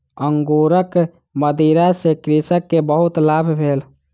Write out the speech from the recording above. अंगूरक मदिरा सॅ कृषक के बहुत लाभ भेल